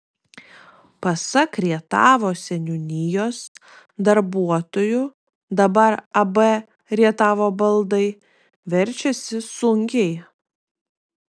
pasak rietavo seniūnijos darbuotojų dabar ab rietavo baldai verčiasi sunkiai